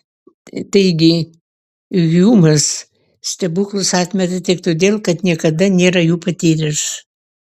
taigi hjumas stebuklus atmeta tik todėl kad niekada nėra jų patyręs